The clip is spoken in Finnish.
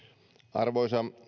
arvoisa